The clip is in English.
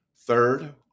Third